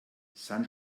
san